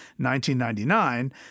1999